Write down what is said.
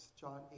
John